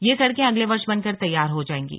ये सड़कें अगले वर्ष बनकर तैयार हो जाएंगी